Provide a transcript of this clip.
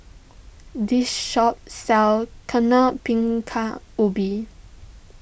this shop sells Bingka Ubi